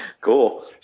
Cool